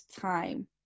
time